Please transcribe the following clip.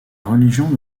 religion